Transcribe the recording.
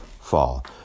fall